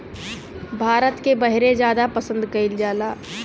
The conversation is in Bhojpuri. भारत के बहरे जादा पसंद कएल जाला